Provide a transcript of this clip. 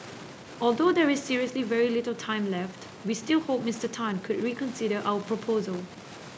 although there is seriously very little time left we still hope Mister Tan could reconsider our proposal